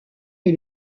est